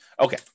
Okay